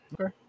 Okay